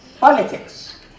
politics